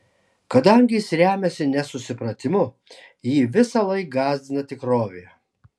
kadangi jis remiasi nesusipratimu jį visąlaik gąsdina tikrovė